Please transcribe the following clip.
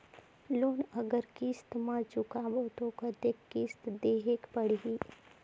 Loan अगर किस्त म चुकाबो तो कतेक किस्त देहेक पढ़ही?